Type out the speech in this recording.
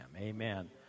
Amen